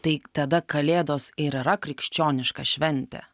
tai tada kalėdos ir yra krikščioniška šventė